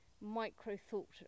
micro-thought